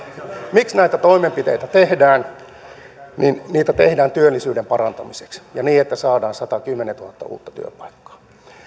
miksi näitä toimenpiteitä tehdään niitä tehdään työllisyyden parantamiseksi ja niin että saadaan satakymmentätuhatta uutta työpaikkaa